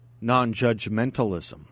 non-judgmentalism